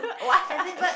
as in but